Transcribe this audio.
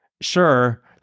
Sure